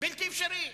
בלתי אפשרי.